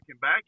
back